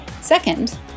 Second